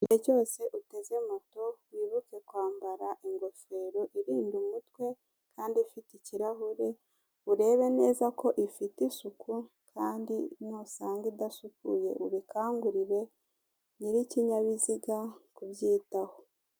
Igihe cyose uteze moto, wibuke kwambara ingofero irinda umutwe kandi ifite ikirahure, urebe neza ko ifite isuku, kandi nusanga idasukuye ubikangurire nyir'ikinyabiziga kubyitaho.